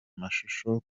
mashusho